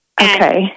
Okay